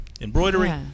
embroidery